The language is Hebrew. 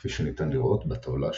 כפי שניתן לראות בטבלה שלהלן.